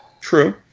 True